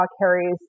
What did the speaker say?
carries